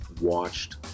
watched